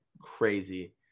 crazy